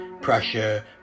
pressure